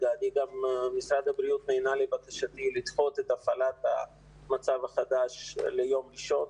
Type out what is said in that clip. משרד הבריאות נענה לבקשתי לדחות את הפעלת המצב החדש ליום ראשון,